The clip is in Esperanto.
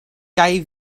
kaj